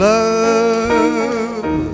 Love